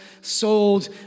sold